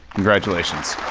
congratulations.